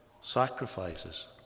sacrifices